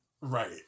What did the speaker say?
Right